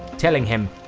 telling him,